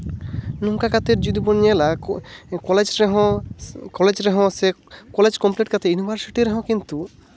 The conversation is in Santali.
ᱱᱚᱝᱠᱟ ᱠᱟᱛᱮ ᱡᱚᱫᱤ ᱵᱚᱱ ᱧᱮᱞᱟ ᱠᱚᱞᱮᱡᱽ ᱨᱮᱦᱚᱸ ᱠᱚᱞᱮᱡᱽ ᱨᱮᱦᱚᱸ ᱥᱮ ᱠᱚᱞᱮᱡᱽ ᱠᱚᱢᱯᱞᱤᱴ ᱠᱟᱛᱮ ᱤᱭᱩᱱᱤᱵᱷᱟᱨᱥᱤᱴᱤ ᱨᱮᱦᱚᱸ ᱠᱤᱱᱛᱩ